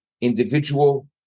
individual